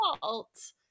fault